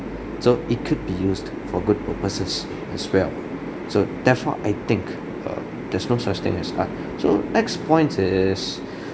so it could be used for good purposes as well so therefore I think err there's no such thing as art so next point is